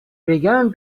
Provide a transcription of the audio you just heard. began